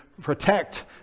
protect